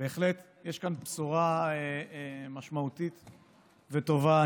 בהחלט יש כאן בשורה משמעותית וטובה.